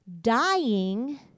dying